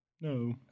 No